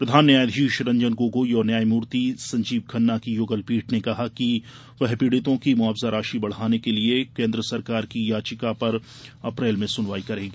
प्रधान न्यायाधीश रंजन गोगोई और न्यायमूर्ति संजीव खन्ना की युगलपीठ ने कहा कि वह पीड़ितों की मुआवजा राशि बढ़ाने के लिए केन्द्र सरकार की याचिका पर अप्रैल में सुनवाई करेगी